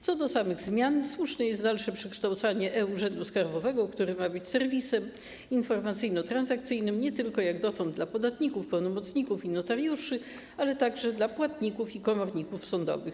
Co do samych zmian - słuszne jest dalsze przekształcanie e-Urzędu Skarbowego, który ma być serwisem informacyjno-transakcyjnym nie tylko jak dotąd dla podatników, pełnomocników i notariuszy, ale także dla płatników i komorników sądowych.